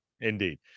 indeed